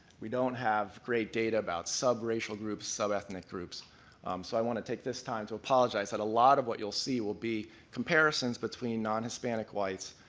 we don't have great data about subracial groups, subethnic groups so i want to take this time to apologize that a lot of what you'll see will be comparisons between non-hispanic whites,